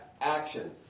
Action